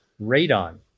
radon